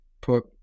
put